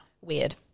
Weird